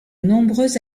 nombreux